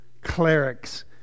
clerics